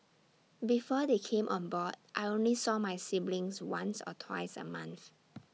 before they came on board I only saw my siblings once or twice A month